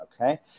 Okay